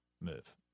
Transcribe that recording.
move